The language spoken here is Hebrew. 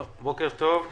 בוקר טוב.